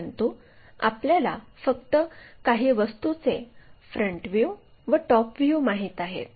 परंतु आपल्याला फक्त काही वस्तूचे फ्रंट व्ह्यू व टॉप व्ह्यू माहित आहे